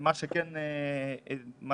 מה